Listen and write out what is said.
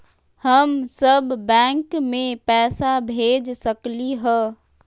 हम सब बैंक में पैसा भेज सकली ह?